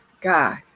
God